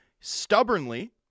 stubbornly